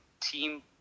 team